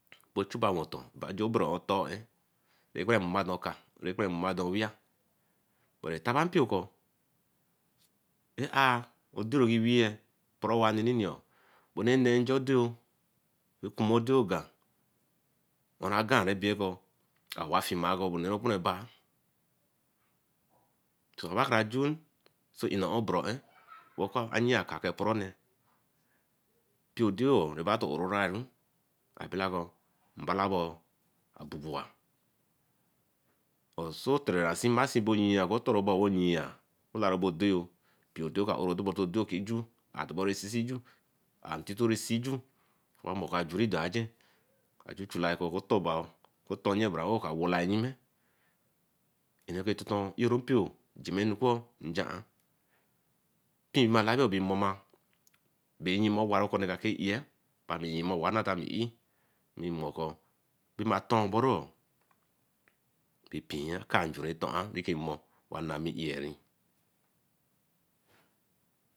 Ebe ochuba wɛ ɔtɔɔ. baa ju obere ju obere ɔé ɔtãã ɔé. nekpãrãri kɔ moma adé owia ɛkarabẹ kɔɔ aatuba mpio kɔ etãã odo nyo roki wi-yɛ epɔrɔ owa nini-nio bɛ owa rɛ neen nja odo yo. wa-kuma odo yo gáá baraz agá á nɔ owa fima bɛ̃ ebãã. Nɛbo ayɔɔ nɔba kãrã ju oso nnɛ õé, ɔbéré ɔé wa-amɔ ɔka kɔɔ ebe ɛpɔrɔ owa. Mpio odo yo rɛbá ɔtɔ õrõiru. Abela lɔɔ mbala bara o-i-la bãã ãbubuá. Oso ɔtɛrɛ nsi mmasi bɛ onyia oku ɔtɔɔ ru ɔbãã. wẹ onyia ɔku ɔtɔɔ bɛ odo yo bɔdɔɔ. mpio yɛ kaoro, wɛ oka tui oso ajun etitɔɔ damɔ nton.